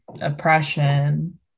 oppression